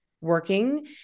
working